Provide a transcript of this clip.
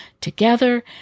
together